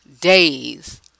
days